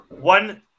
One